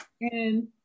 And-